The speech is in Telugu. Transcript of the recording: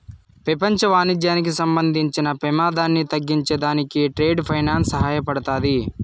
పెపంచ వాణిజ్యానికి సంబంధించిన పెమాదాన్ని తగ్గించే దానికి ట్రేడ్ ఫైనాన్స్ సహాయపడతాది